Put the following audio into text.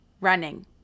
running